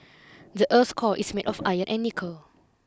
the earth's core is made of iron and nickel